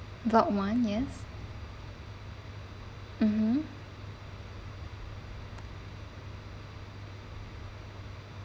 block one yes mmhmm